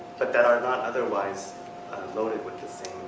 but that are not otherwise loaded with the same,